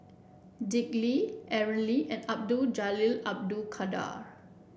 Dick Lee Aaron Lee and Abdul Jalil Abdul Kadir